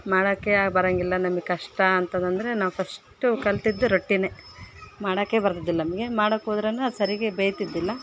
ಮಾಡೋಕೆ ಬರೊಂಗಿಲ್ಲ ನಮಗ್ ಕಷ್ಟ ಅಂತದಂದರೆ ನಾವು ಫಸ್ಟು ಕಲಿತಿದ್ದು ರೊಟ್ಟಿ ಮಾಡೋಕೆ ಬರದಿದ್ದಿಲ್ಲ ನಮಗೆ ಮಾಡೋಕ್ ಹೋದ್ರೆ ಅದು ಸರಿಗೆ ಬೇಯ್ತಿದ್ದಿಲ್ಲ